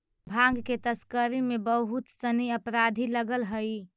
भाँग के तस्करी में बहुत सनि अपराधी लगल हइ